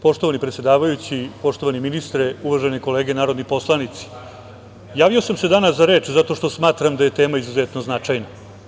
Poštovani predsedavajući, poštovani ministre, uvažene kolege narodni poslanici javio sam se danas za reč zato što smatram da je tema izuzetno značajna.